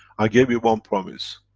i gave you one promise,